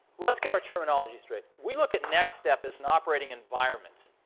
let's get our terminology straight. we look at nextstep as an operating environment.